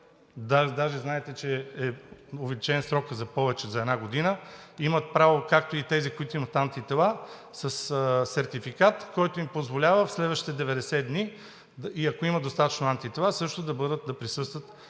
даже знаете, че е увеличен срокът с повече – за една година, имат право, както и тези, които имат антитела, със сертификат, който им позволява в следващите 90 дни и ако имат достатъчно антитела, също да бъдат